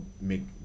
make